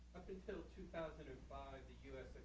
until two thousand and five, the us